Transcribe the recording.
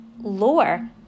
lower